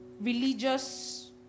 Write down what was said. religious